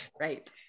Right